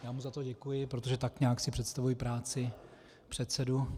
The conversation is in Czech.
Já mu za to děkuji, protože tak nějak si představuji práci předsedů.